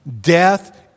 Death